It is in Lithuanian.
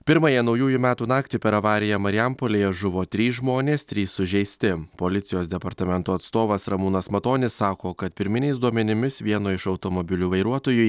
pirmąją naujųjų metų naktį per avariją marijampolėje žuvo trys žmonės trys sužeisti policijos departamento atstovas ramūnas matonis sako kad pirminiais duomenimis vieno iš automobilių vairuotojui